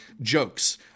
jokes